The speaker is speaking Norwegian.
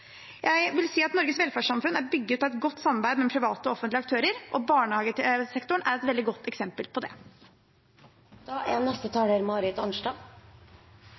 Jeg vil si at Norges velferdssamfunn er bygget på et godt samarbeid med private og offentlige aktører, og barnehagesektoren er et veldig godt eksempel på det.